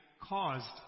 caused